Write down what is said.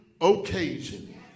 occasion